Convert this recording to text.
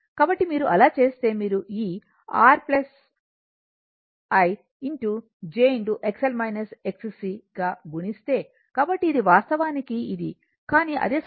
కాబట్టి మీరు అలా చేస్తే మీరు ఈ R I j గా గుణిస్తే కాబట్టి ఇది వాస్తవానికి ఇది కానీ అదే సమయంలో VC అయితే j